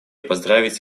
поздравить